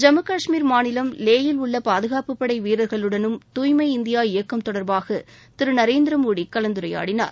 ஜம்மு கஷ்மீர் மாநிலம் லே யில் உள்ள பாதுகாப்புப்படை வீரர்களுடனும் தூய்மை இந்தியா இயக்கம் தொடர்பாக திரு நரேந்திரமோடி கலந்துரையாடினார்